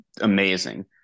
amazing